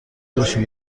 چشم